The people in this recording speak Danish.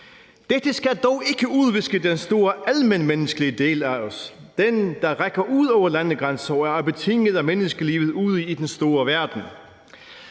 Dette skal dog ikke udviske den store almenmenneskelige del af os. Den, der rækker ud over landegrænser og er betinget af menneskelivet ud i den store verden.